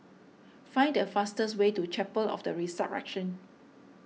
find the fastest way to Chapel of the Resurrection